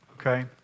Okay